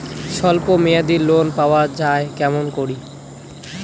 স্বল্প মেয়াদি লোন পাওয়া যায় কেমন করি?